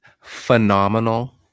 phenomenal